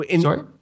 Sorry